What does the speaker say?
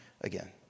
again